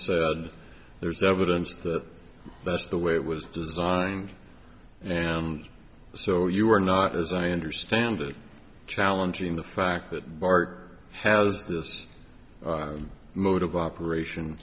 say there's evidence that that's the way it was designed and so you are not as i understand it challenging the fact that bart has this mode of operation